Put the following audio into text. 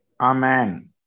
Amen